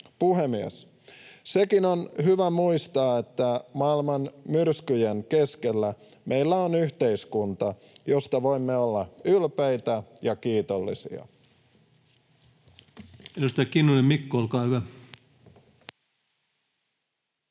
Puhemies! Sekin on hyvä muistaa, että maailman myrskyjen keskellä meillä on yhteiskunta, josta voimme olla ylpeitä ja kiitollisia. Edustaja Kinnunen Mikko, olkaa hyvä.